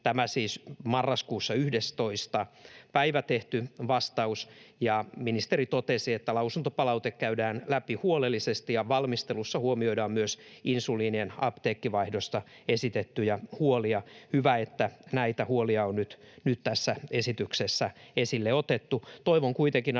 tämä siis marraskuun 11. päivä tehty vastaus — ja ministeri totesi, että lausuntopalaute käydään läpi huolellisesti ja valmistelussa huomioidaan myös insuliinien apteekkivaihdosta esitettyjä huolia. Hyvä, että näitä huolia on nyt tässä esityksessä esille otettu.